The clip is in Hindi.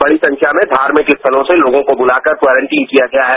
बड़ी संख्या में धार्मिक स्थलों से लोगों को बुलाकर क्वारंटीन किया गया है